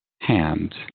hand